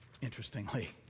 interestingly